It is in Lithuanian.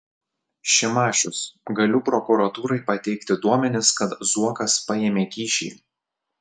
šimašius galiu prokuratūrai pateikti duomenis kad zuokas paėmė kyšį